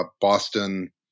Boston